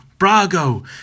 brago